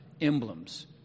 emblems